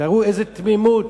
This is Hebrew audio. תראו איזו תמימות.